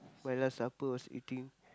my last supper was eating